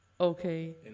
Okay